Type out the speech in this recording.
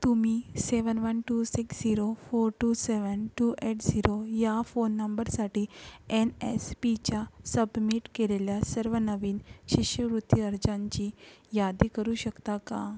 तुम्ही seven one two six zero four two seven two eight zero या phone नंबरसाठी N S पीच्या submit केलेल्या सर्व नवीन शिष्यवृत्ती अर्जांची यादी करू शकता का